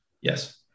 yes